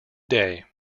day